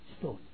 stone